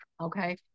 Okay